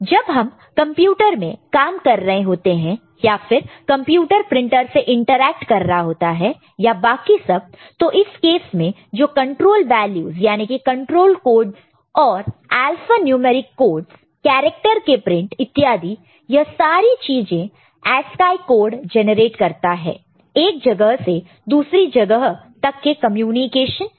जब हम कंप्यूटर में काम कर रहे होते हैं या फिर कंप्यूटर प्रिंटर से इंटरेक्ट कर रहा होता है या बाकी सब तो इस केस में जो कंट्रोल वैल्यूस यानी कि कंट्रोल कोडस और अल्फान्यूमैरिक कोडस कैरेक्टर के प्रिंट इत्यादि यह सारी चीज ASCII कोड जेनरेट करता है एक जगह से दूसरी जगह तक के कम्युनिकेशन के लिए